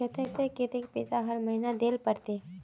केते कतेक पैसा हर महीना देल पड़ते?